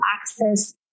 access